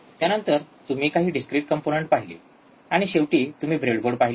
त्यानंतर तुम्ही काही डिस्क्रिट कंपोनंन्ट पाहिले आणि शेवटी तुम्ही ब्रेडबोर्ड पाहिले